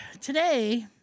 today